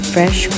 Fresh